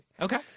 Okay